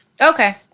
Okay